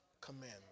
commandment